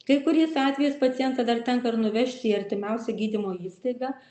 kai kuriais atvejais pacientą dar tenka ir nuvežti į artimiausią gydymo įstaigą